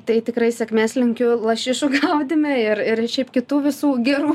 tai tikrai sėkmės linkiu lašišų gaudyme ir ir šiaip kitų visų gerų